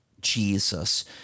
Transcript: Jesus